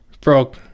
broke